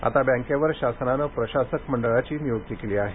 आता बँकेवर शासनानं प्रशासक मंडळाची नियुक्ती केली आहे